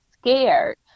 scared